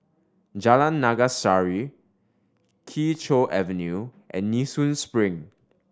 Jalan Naga Sari Kee Choe Avenue and Nee Soon Spring